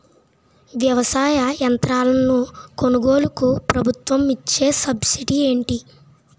వ్యవసాయ యంత్రాలను కొనుగోలుకు ప్రభుత్వం ఇచ్చే సబ్సిడీ ఎంత?